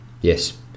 Yes